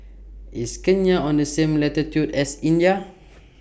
IS Kenya on The same latitude as India